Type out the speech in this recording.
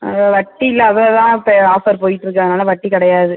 அது வட்டி இல்லை அவ்ளோவாக இப்போ ஆஃபர் போய்ட்ருக்காங்கள வட்டி கிடையாது